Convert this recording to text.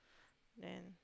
then